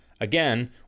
again